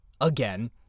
again